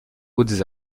hautes